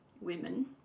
women